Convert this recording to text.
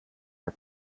her